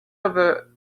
over